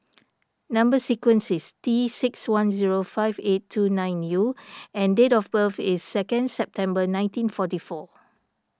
Number Sequence is T six one zero five eight two nine U and date of birth is second September nineteen forty four